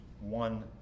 one